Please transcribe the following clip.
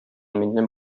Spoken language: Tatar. миннән